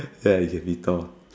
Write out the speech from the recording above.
ya can be Thor